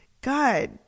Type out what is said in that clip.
God